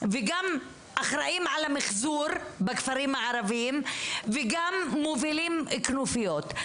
גם אחראים על המחזור בכפרים הערביים וגם מובילים כנופיות.